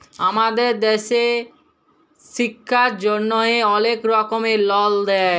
আমাদের দ্যাশে ছিক্ষার জ্যনহে অলেক রকমের লল দেয়